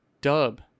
Dub